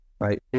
right